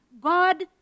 God